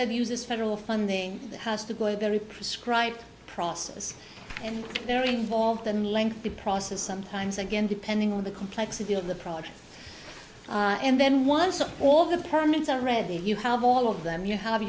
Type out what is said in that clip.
that uses federal funding has to go very prescribed process and they're involved in lengthy process sometimes again depending on the complexity of the project and then once are all the permits are ready you have all of them you have